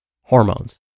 Hormones